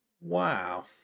Wow